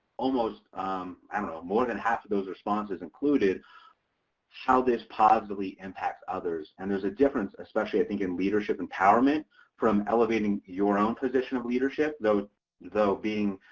almost and um more than half of those responses included how this positively impacted others and there's a difference, especially i think in leadership empowerment from elevating your own position of leadership. though though being